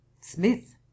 smith